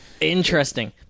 Interesting